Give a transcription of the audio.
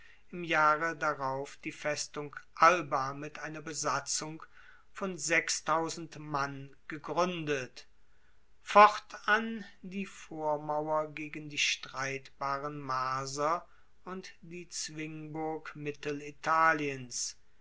im jahre darauf die festung alba mit einer besatzung von mann gegruendet fortan die vormauer gegen die streitbaren marser und die zwingburg mittelitaliens